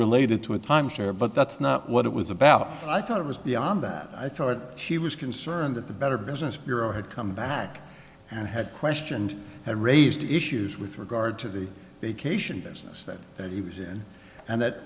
related to a time share but that's not what it was about i thought it was beyond that i thought she was concerned at the better business bureau had come back and had questioned had raised issues with regard to the they cation business that he was here and that